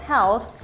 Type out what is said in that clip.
Health